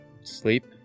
sleep